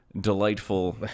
delightful